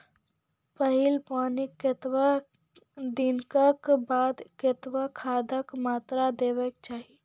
पहिल पानिक कतबा दिनऽक बाद कतबा खादक मात्रा देबाक चाही?